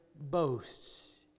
boasts